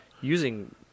Using